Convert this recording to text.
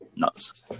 nuts